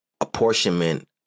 apportionment